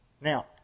Now